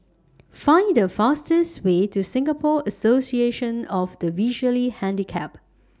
Find The fastest Way to Singapore Association of The Visually Handicapped